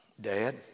dad